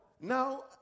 now